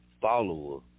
follower